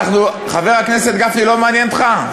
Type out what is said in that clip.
חבר הכנסת גפני, לא מעניין אותך?